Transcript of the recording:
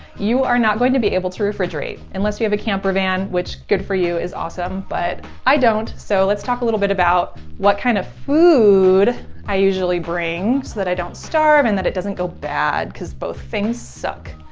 you are not going to be able to refrigerate unless you have a camper van, which good for you is awesome. but i don't. so let's talk a little bit about what kind of food i usually bring so that i don't starve and that it doesn't go bad because both things suck.